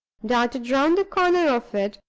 darted round the corner of it,